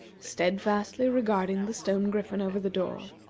steadfastly regarding the stone griffin over the door.